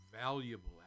valuable